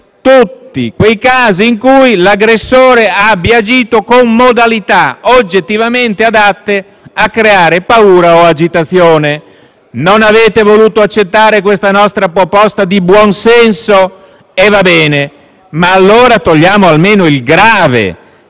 tutti quei casi in cui l'aggressore abbia agito con mobilità oggettivamente adatte a creare paura o agitazione. Non avete voluto accettare questa nostra proposta di buon senso, ma allora togliamo almeno